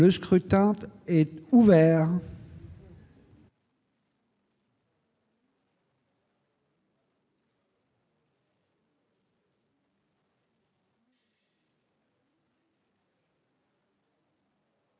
Le scrutin est ouvert.